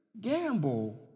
gamble